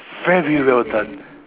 very well done